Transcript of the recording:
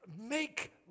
make